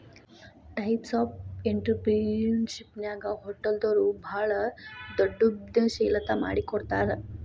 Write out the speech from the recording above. types of ಎನ್ಟ್ರಿಪ್ರಿನಿಯರ್ಶಿಪ್ನ್ಯಾಗ ಹೊಟಲ್ದೊರು ಭಾಳ್ ದೊಡುದ್ಯಂಶೇಲತಾ ಮಾಡಿಕೊಡ್ತಾರ